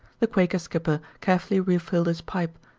the quaker skipper carefully refilled his pipe,